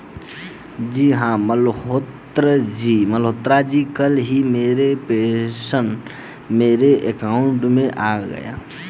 जी हां मल्होत्रा जी कल ही मेरे पेंशन मेरे अकाउंट में आ गए